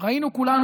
ראינו כולנו,